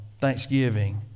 Thanksgiving